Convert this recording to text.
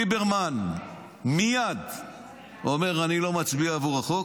ליברמן מייד אמר: אני לא מצביע עבור החוק.